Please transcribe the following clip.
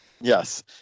Yes